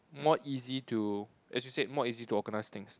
more easy to as you said more easy to organise things